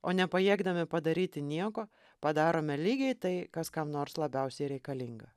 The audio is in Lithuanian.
o nepajėgdami padaryti nieko padarome lygiai tai kas kam nors labiausiai reikalinga